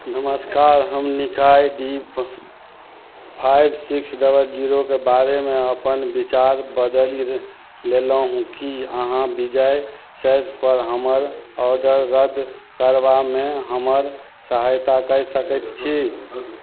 नमस्कार हम Minicoy deep five six double जीरोके बारेमे अपन विचार बदलि ले लेलहुँ कि अहाँ विजय सेल्सपर हमर ऑडर रद्द करबामे हमर सहायता कै सकै छी